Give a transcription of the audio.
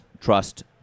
trust